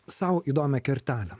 sau įdomią kertelę